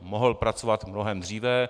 Mohl pracovat mnohem dříve.